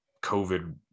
covid